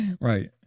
Right